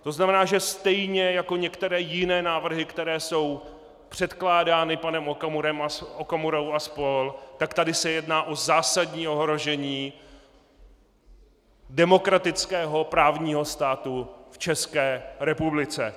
To znamená, že stejně jako některé jiné návrhy, které jsou předkládány panem Okamurou a spol., tak tady se jedná o zásadní ohrožení demokratického právního státu v České republice.